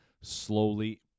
slowly